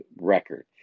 record